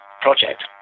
project